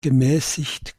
gemäßigt